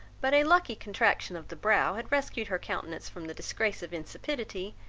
but a lucky contraction of the brow had rescued her countenance from the disgrace of insipidity,